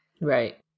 Right